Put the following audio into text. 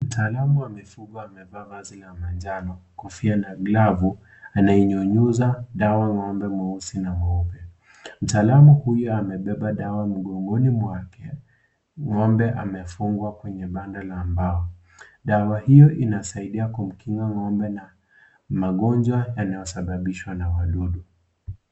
Mtaalamu wa mifugo amevaa vazi la manjano, kofia na glavu anayenyunyiza dawa ng'ombe mweusi na mweupe. Mtaalamu huyo amebeba dawa mgongoni mwake. Ng'ombe amefungwa kwenye Banda la mbao. Dawa hiyo inasaidia kukinga ng'ombe na magonjwa yanayosababishwa na wadudu.